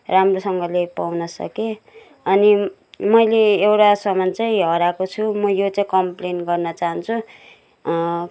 राम्रोसँगले पाउन सकेँ अनि मैले एउटा सामान चाहिँ हराएको छु म यो चाहिँ कम्प्लेन गर्न चाहन्छु